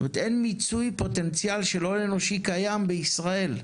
אין מיצוי פוטנציאל של הון אנושי קיים בישראל,